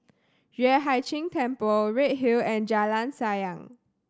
Yueh Hai Ching Temple Redhill and Jalan Sayang